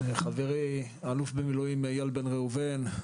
חברי האלוף במילואים איל בן ראובן,